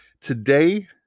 Today